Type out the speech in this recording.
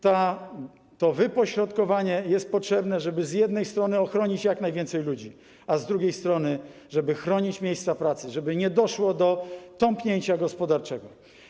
To wypośrodkowanie jest potrzebne, żeby z jednej strony ochronić jak najwięcej ludzi, a z drugiej chronić miejsca pracy, by nie doszło do tąpnięcia gospodarczego.